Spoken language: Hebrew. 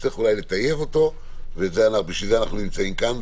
אולי צריך לטייב אותו ובשביל זה אנחנו נמצאים כאן.